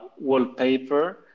wallpaper